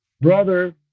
brother